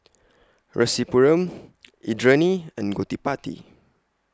Rasipuram Indranee and Gottipati